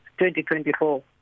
2024